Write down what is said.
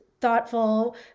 thoughtful